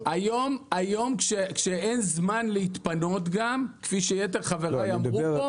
היום כשאין זמן להתפנות רוב הזמן הוא